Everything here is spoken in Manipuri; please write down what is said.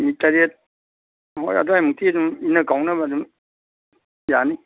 ꯇꯔꯦꯠ ꯍꯣꯏ ꯑꯗꯥꯏꯃꯨꯛꯇꯤ ꯑꯗꯨꯝ ꯏꯟꯅ ꯀꯥꯎꯅꯕ ꯑꯗꯨꯝ ꯌꯥꯅꯤ